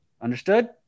understood